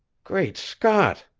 great scott!